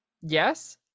Yes